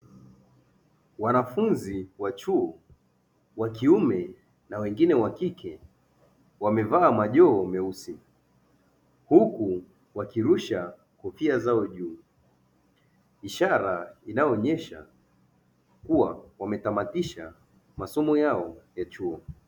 Wanafunzi wa chuo, wa kiume na wengine wa kike, wamevaa majoho meusi, huku wakirusha kofia zao juu, ishara inayoonyesha kuwa wametamatisha masomo yao ya chuo.